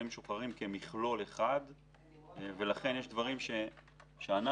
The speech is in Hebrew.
משוחררים במשרד הביטחון כמכלול ולכן יש דברים שאנחנו